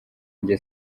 njye